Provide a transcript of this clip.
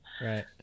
Right